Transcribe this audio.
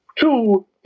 Two